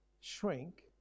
shrink